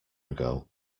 ago